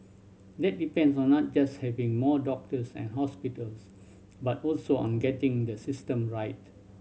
that depends on not just having more doctors and hospitals but also on getting the system right